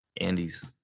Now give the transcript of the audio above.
andy's